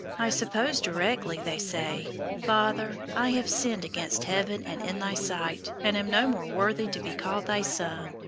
i suppose directly they say father, i have sinned against heaven, and in thy sight, and am no more worthy to be called thy son,